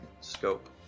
scope